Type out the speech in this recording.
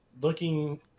looking